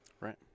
Right